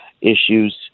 issues